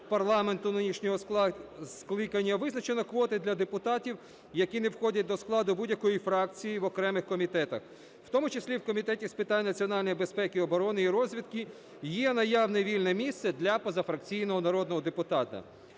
парламенту нинішнього скликання визначено квоти для депутатів, які не входять до складу будь-якої фракції, в окремих комітетах, в тому числі і в Комітеті з питань національної безпеки, оборони та розвідки є наявне вільне місце для позафракційного народного депутата.